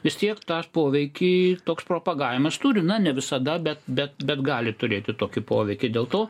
vis tiek tą poveikį toks propagavimas turi na ne visada bet bet bet gali turėti tokį poveikį dėl to